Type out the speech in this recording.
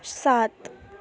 सात